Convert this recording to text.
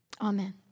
Amen